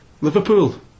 Liverpool